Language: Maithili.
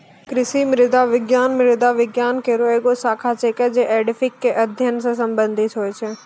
कृषि मृदा विज्ञान मृदा विज्ञान केरो एक शाखा छिकै, जे एडेफिक क अध्ययन सें संबंधित होय छै